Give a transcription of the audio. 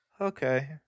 Okay